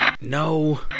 No